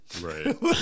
Right